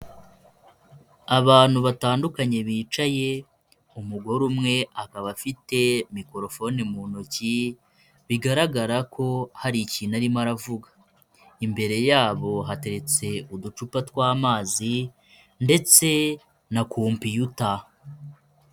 Abantu batandukanye bicaye umugore umwe akaba afite mikorofone mu ntoki, bigaragara ko hari ikintu arimo aravuga, imbere yabo hateretse uducupa tw'amazi ndetse na kompiyuta.